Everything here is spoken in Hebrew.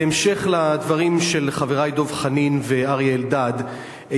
בהמשך לדברים של חברי דב חנין ואריה אלדד,